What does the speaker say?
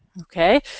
okay